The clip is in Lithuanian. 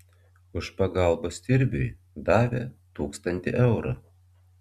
už pagalbą stirbiui davė tūkstantį eurų